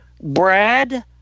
Brad